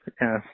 Yes